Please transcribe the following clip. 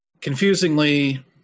Confusingly